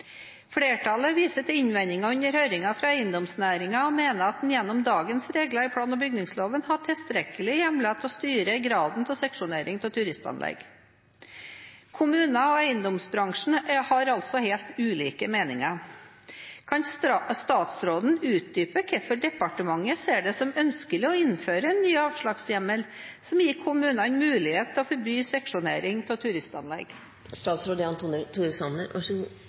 Flertallet viser til innvendinger under høringen fra eiendomsnæringen og mener at en gjennom dagens regler i plan- og bygningsloven har tilstrekkelige hjemler til å styre graden av seksjonering av turistanlegg. Kommunene og eiendomsbransjen har altså helt ulike meninger. Kan statsråden utdype hvorfor departementet ser det som ønskelig å innføre en ny avslagshjemmel som gir kommunene mulighet til å forby seksjonering av